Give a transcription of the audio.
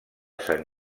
sant